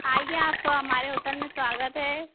आइये आपको हमारे होटल में स्वागत है